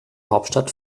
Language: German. hauptstadt